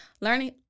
learning